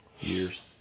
Years